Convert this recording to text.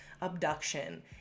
abduction